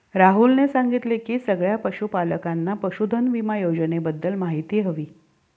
राहुलने सांगितले की सगळ्या पशूपालकांना पशुधन विमा योजनेबद्दल माहिती हवी